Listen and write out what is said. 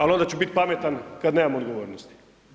Al onda ću bit pametan kad nemam odgovornosti.